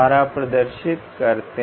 द्वारा प्रदर्शित करते हैं